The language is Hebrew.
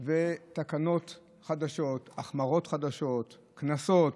ותקנות חדשות, החמרות חדשות, קנסות